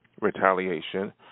retaliation